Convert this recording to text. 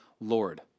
Lord